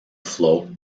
flow